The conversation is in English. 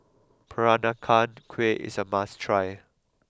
Peranakan Kueh is a must try